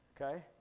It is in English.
Okay